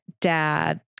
dad